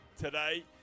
today